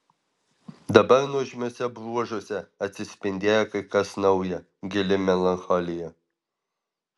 dabar nuožmiuose bruožuose atsispindėjo kai kas nauja gili melancholija